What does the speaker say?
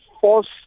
force